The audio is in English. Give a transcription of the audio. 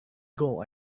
goal